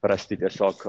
rasti tiesiog